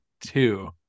two